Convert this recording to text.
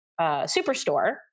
superstore